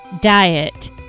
Diet